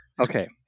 Okay